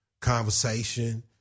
conversation